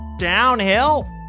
downhill